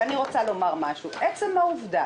אני רוצה לומר משהו: עצם העובדה